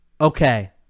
Okay